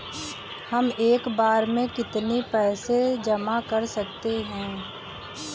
हम एक बार में कितनी पैसे जमा कर सकते हैं?